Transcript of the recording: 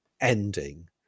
ending